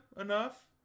enough